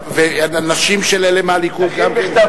והנשים של אלה מהליכוד, גם כן?